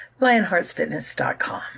lionheartsfitness.com